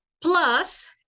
plus